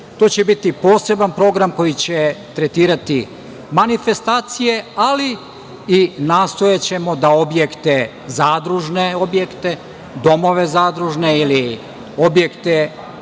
To će biti poseban program koji će tretirati manifestacije, ali i nastojaćemo da objekte, zadružne objekte, domove zadružne ili objekte